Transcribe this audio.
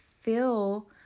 feel